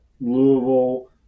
Louisville